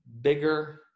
bigger